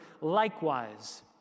likewise